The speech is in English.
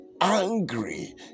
angry